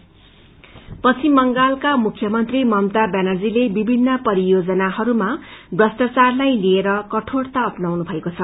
CM corruption पश्चिम बंगालका मुख्यमन्त्री ममता व्यानर्जीले विभिन्न परियोजनाहरूमा भ्रष्टाचारलाई लिएर कठोरता अपनाउनु भएको छ